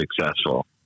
successful